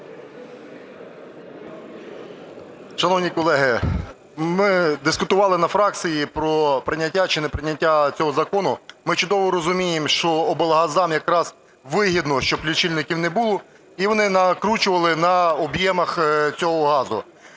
Шановні колеги, ми дискутували на фракції про прийняття чи неприйняття цього закону. Ми чудово розуміємо, що облгазам якраз вигідно, щоб лічильників не було і вони накручували на об'ємах цього газу.